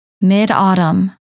Mid-autumn